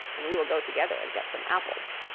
and we will go together and get some apples.